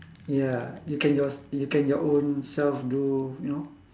ya you can your you can your own self do you know